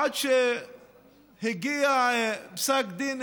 עד שהגיע פסק דין